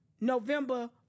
November